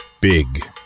Big